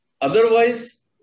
Otherwise